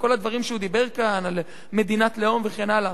וכל הדברים שהוא דיבר כאן על מדינת לאום וכן הלאה,